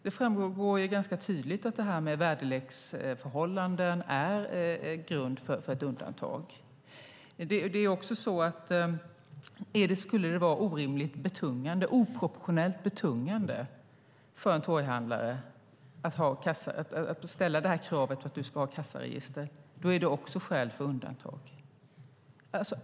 Det framgår ju ganska tydligt att väderleksförhållanden är grund för ett undantag. Skulle det vara oproportionellt betungande för en torghandlare att ställa krav på att han ska ha ett kassaregister är det också skäl för undantag.